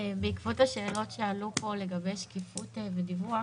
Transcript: בעקבות השאלות שעלו פה לגבי שקיפות ודיווח,